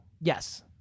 yes